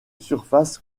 surface